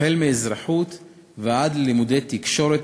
מאזרחות ועד לימודי תקשורת,